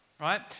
right